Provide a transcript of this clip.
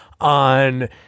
on